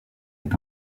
est